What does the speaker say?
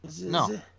No